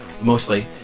mostly